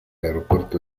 aeropuerto